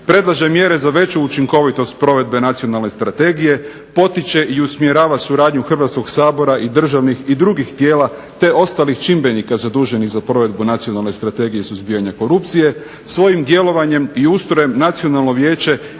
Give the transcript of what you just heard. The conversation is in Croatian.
predlaže mjere za veću učinkovitost provedbe Nacionalne strategije, potiče i usmjerava suradnju Hrvatskog sabora i državnih i drugih tijela te ostalih čimbenika zaduženih za provedbu Nacionalne strategije suzbijanja korupcije. Svojim djelovanjem i ustrojem Nacionalno vijeće